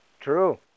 True